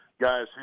guys